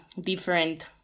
different